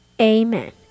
amen